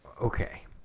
Okay